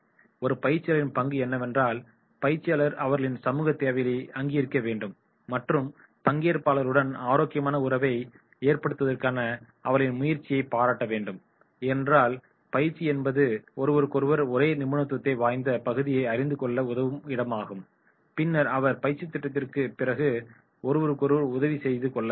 ஒரு பயிற்சியாளரின் பங்கு என்னவென்றால் பயிற்சியாளர் அவர்களின் சமூகத் தேவைகளை அங்கீகரிக்க வேண்டும் மற்றும் பங்கேற்பாளர்களுடன் ஆரோக்கியமான உறவை ஏற்படுத்துவதற்கான அவர்களின் முயற்சிகளைப் பாராட்ட வேண்டும் ஏனென்றால் பயிற்சி என்பது ஒருவருக்கொருவர் ஒரே நிபுணத்துவம் வாய்ந்த பகுதியை அறிந்தகொள்ள உதவும் இடமாகும் பின்னர் அவர்கள் பயிற்சித் திட்டத்திற்குப் பிறகு ஒருவருக்கொருவர் உதவி செய்து கொள்ள முடியும்